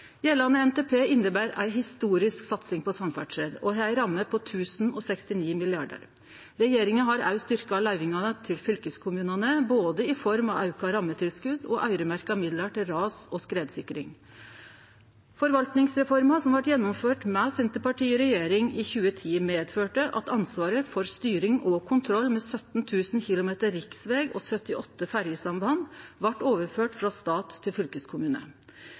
Gjeldande NTP inneber ei historisk satsing på samferdsel og har ei ramme på 1 069 mrd. kr. Regjeringa har òg styrka løyvingane til fylkeskommunane i form av både auka rammetilskot og øyremerka midlar til ras- og skredsikring. Forvaltningsreforma, som blei gjennomført med Senterpartiet i regjering i 2010, medførte at ansvaret for styring og kontroll med 17 000 km riksveg og 78 ferjesamband blei overført frå stat til fylkeskommune.